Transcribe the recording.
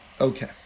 Okay